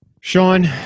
Sean